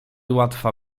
łatwa